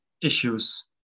issues